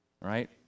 right